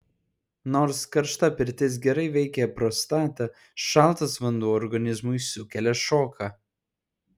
nors karšta pirtis gerai veikia prostatą šaltas vanduo organizmui sukelia šoką